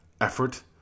effort